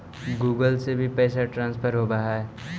Google से भी पैसा ट्रांसफर होवहै?